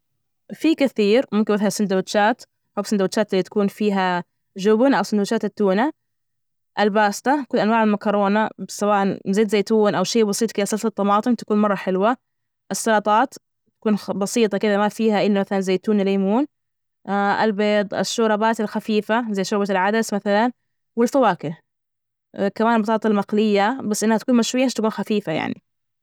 في كثير ممكن مثلا السندويتشات، أحب السندوتشات اللي تكون فيها جبن أو سندوتشات التونة، الباسطة، كل أنواع المكرونة سواءا بزيت زيتون أو شي بسيط كده صلصة طماطم تكون مرة حلوة. السلطات تكون بسيطة كدة ما فيها إلا مثلا زيتون وليمون البيض، الشوربات الخفيفة زي شوربة العدس مثلا والفواكه كمان البطاطا المقلية بس إنها تكون مشوية عشان تبج خفيفة يعني.